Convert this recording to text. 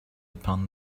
upon